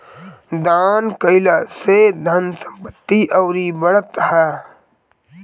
दान कईला से धन संपत्ति अउरी बढ़त ह